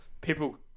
people